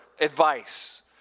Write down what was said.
advice